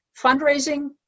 fundraising